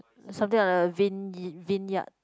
something like a vin~ vineyard